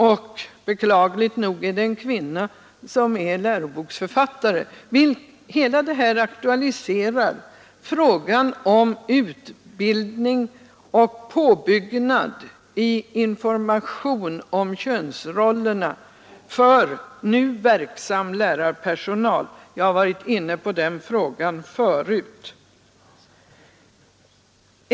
Och beklagligt nog är det en kvinna som är lärobokens författare. Sådant aktualiserar ju frågan om utbildning och påbyggnad av informationen om könsrollerna för nu verksam lärarpersonal. Jag har varit inne på den frågan förut.